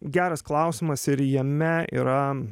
geras klausimas ir jame yra